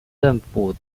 政府